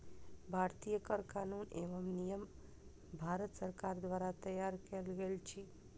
भारतीय कर कानून एवं नियम भारत सरकार द्वारा तैयार कयल गेल अछि